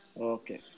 Okay